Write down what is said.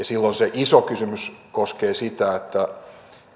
silloin se iso kysymys koskee sitä että